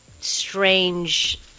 strange